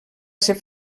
ser